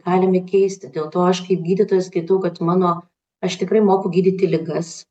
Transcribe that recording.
galime keisti dėl to aš kaip gydytoja skaitau kad mano aš tikrai moku gydyti ligas